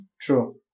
True